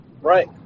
Right